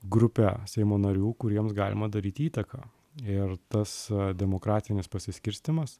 grupę seimo narių kuriems galima daryti įtaką ir tas demokratinis pasiskirstymas